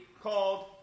called